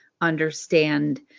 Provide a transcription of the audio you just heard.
understand